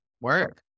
work